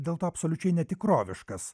dėl to absoliučiai netikroviškas